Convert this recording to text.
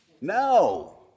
No